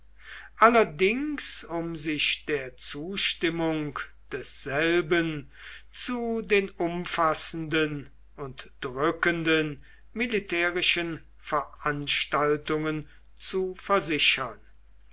allerdings um sich der zustimmung desselben zu den umfassenden und drückenden militärischen veranstaltungen zu versichern